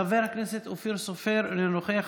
חבר הכנסת אופיר סופר, אינו נוכח.